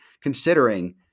Considering